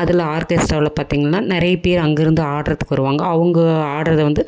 அதில் ஆர்கெஸ்ட்ராவில் பார்த்திங்கன்னா நிறைய பேர் அங்கே இருந்து ஆடுறத்துக்கு வருவாங்க அவங்க ஆடுறத வந்து